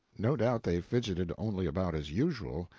no doubt they fidgeted only about as usual,